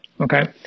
okay